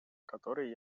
который